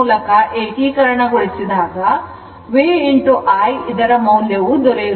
ಮೂಲಕ ಏಕೀಕರಣಗೊಳಿಸಿದಾಗ V I ಇದರ ಮೌಲ್ಯವು ದೊರೆಯುತ್ತದೆ